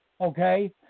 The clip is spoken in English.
Okay